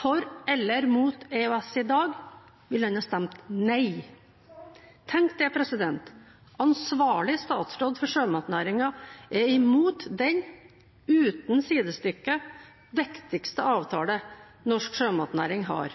for eller imot EØS i dag, ville han ha stemt nei. Tenk det, ansvarlig statsråd for sjømatnæringen er imot den – uten sidestykke – viktigste avtalen norsk sjømatnæring har,